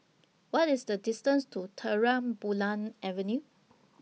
What IS The distance to Terang Bulan Avenue